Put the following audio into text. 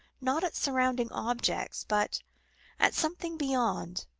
not at surrounding objects, but at something beyond,